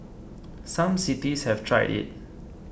some cities have tried it